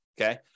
Okay